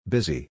Busy